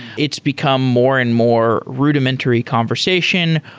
it's become more and more rudimentary conversation,